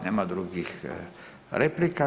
Nema drugih replika.